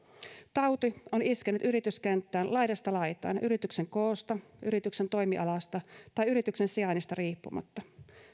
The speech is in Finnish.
tauti on iskenyt yrityskenttään laidasta laitaan yrityksen koosta yrityksen toimialasta tai yrityksen sijainnista riippumatta